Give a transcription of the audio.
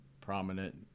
prominent